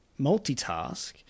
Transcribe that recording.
multitask